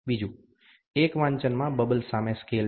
બીજું એક વાંચનમાં બબલ સામે સ્કેલ છે